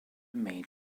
made